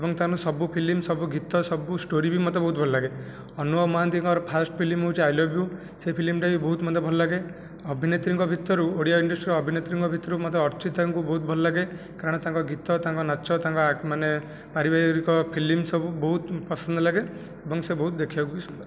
ଏବଂ ତାଙ୍କର ସବୁ ଫିଲ୍ମ ସବୁ ଗୀତ ସବୁ ଷ୍ଟୋରୀ ବି ମୋତେ ବହୁତ ଭଲଲାଗେ ଅନୁଭବ ମହାନ୍ତିଙ୍କର ଫାର୍ଷ୍ଟ ଫିଲ୍ମ ହେଉଛି ଆଇ ଲଭ୍ ୟୁ ସେ ଫିଲ୍ମଟା ବି ମୋତେ ବହୁତ ଭଲଲାଗେ ଅଭିନେତ୍ରୀଙ୍କ ଭିତରୁ ଓଡ଼ିଆ ଇଣ୍ଡଷ୍ଟ୍ରିର ଅଭିନେତ୍ରୀଙ୍କ ଭିତରୁ ମୋତେ ଅର୍ଚ୍ଚିତାଙ୍କୁ ବହୁତ ଭଲଲାଗେ କାରଣ ତାଙ୍କ ଗୀତ ତାଙ୍କ ନାଚ ତାଙ୍କ ଆଊ ମାନେ ପାରିବାରିକ ଫିଲ୍ମ ସବୁ ବହୁତ ପସନ୍ଦ ଲାଗେ ଏବଂ ସେ ବହୁତ ଦେଖିବାକୁ ବି ସୁନ୍ଦର